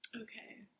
okay